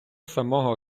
самого